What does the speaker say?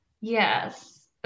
Yes